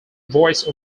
voice